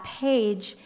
page